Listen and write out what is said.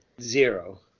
Zero